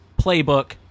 playbook